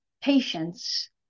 patience